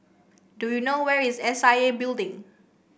do you know where is S I A Building